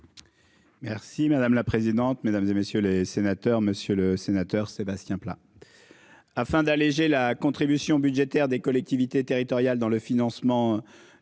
Merci madame la présidente, mesdames et messieurs les sénateurs, monsieur le sénateur Sébastien Pla. Afin d'alléger la contribution budgétaire des collectivités territoriales dans le financement